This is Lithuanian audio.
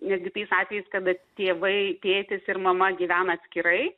netgi tais atvejais kada tėvai tėtis ir mama gyvena atskirai